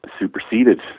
superseded